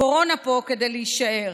הקורונה פה כדי להישאר,